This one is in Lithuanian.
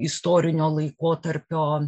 istorinio laikotarpio